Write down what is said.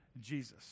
Jesus